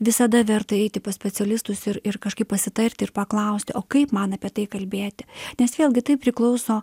visada verta eiti pas specialistus ir ir kažkaip pasitarti ir paklausti o kaip man apie tai kalbėti nes vėlgi tai priklauso